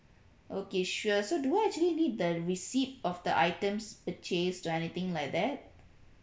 okay sure so do I actually need the receipt of the items purchased or anything like that